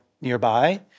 nearby